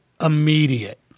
immediate